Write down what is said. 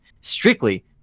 strictly